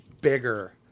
bigger